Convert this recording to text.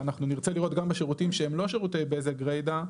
ואנחנו נרצה לראות גם בשירותים שהם לא שירותי בזק גרידא,